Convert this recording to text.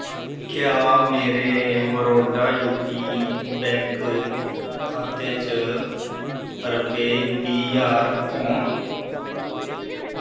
क्या मेरे Baroda U P bank खाते च रपेऽ बीह् ज्हार होङन